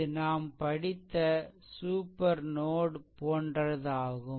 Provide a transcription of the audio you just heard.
இது நாம் படித்த சூப்பர் நோட் போன்றதாகும்